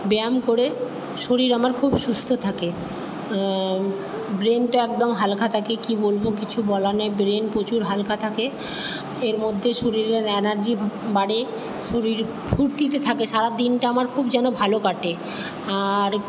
ব্যায়াম করে শরীর আমার খুব সুস্ত থাকে ব্রেনটা একদম হালকা থাকে কী বলবো কিছু বলার নেই ব্রেন প্রচুর হালকা থাকে এর মধ্যে শরীরের এনার্জি বাড়ে শরীর ফুর্তিতে থাকে সারা দিনটা আমার খুব যেন ভালো কাটে আর